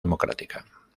democrática